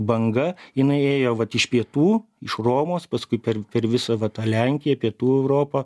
banga jinai ėjo vat iš pietų iš romos paskui per visą va tą lenkiją pietų europą